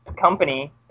company